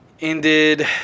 ended